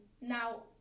Now